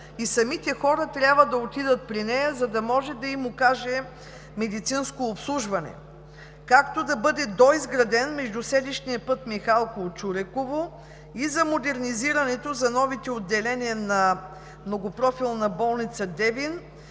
и самите хора трябва да отидат при нея, за да може да им окаже медицинско обслужване, както да бъде доизграден междуселищният път Михалково – Чуреково и за модернизирането за новите отделения на Многопрофилна болница – Девин